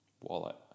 wallet